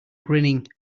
grinning